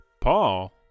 Paul